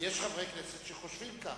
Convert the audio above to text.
יש חברי כנסת שחושבים כך.